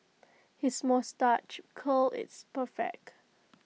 his moustache curl is perfect